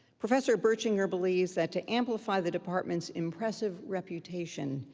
professor bertschinger believes that to amplify the department's impressive reputation,